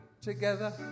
together